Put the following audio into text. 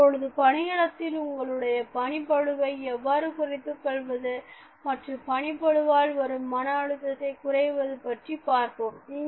இப்பொழுது பணியிடத்தில் உங்களுடைய பணி பளுவை எவ்வாறு குறைத்துக்கொள்வது மற்றும் பணி பளுவால் வரும் மன அழுத்தத்தை குறைப்பது பற்றி பார்ப்போம்